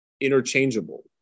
interchangeable